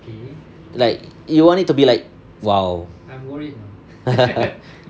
like you want it to be like !wow!